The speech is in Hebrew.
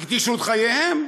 הקדישו את חייהם.